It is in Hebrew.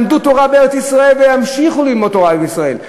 למדו תורה בארץ-ישראל וימשיכו ללמוד תורה בישראל.